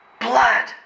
Blood